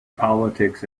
politics